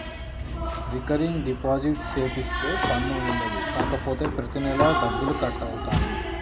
recurring deposit సేపిత్తే పన్ను ఉండదు కాపోతే ప్రతి నెలా డబ్బులు కట్ అవుతాయి